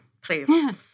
Please